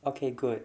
okay good